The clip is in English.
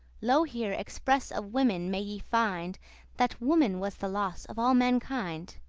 lo here express of women may ye find that woman was the loss of all mankind.